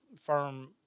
firm